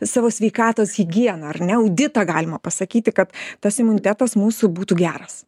savo sveikatos higieną ar ne auditą galima pasakyti kad tas imunitetas mūsų būtų geras